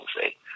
say